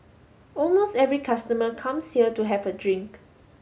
almost every customer comes here to have a drink